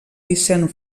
vicent